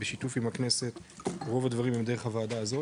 בשיתוף עם הכנסת ורוב הדברים הם דרך הוועדה הזאת